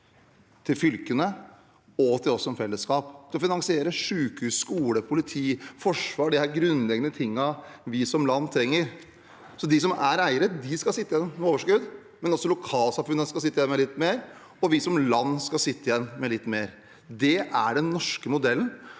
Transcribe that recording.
til fylkene og til oss som fellesskap, til å finansiere sykehus, skole, politi, forsvar, disse grunnleggende tingene vi som land trenger. De som er eiere, skal sitte igjen med overskudd, men også lokalsamfunnene skal sitte igjen med litt mer, og vi som land skal sitte igjen med litt mer. Det er den norske modellen,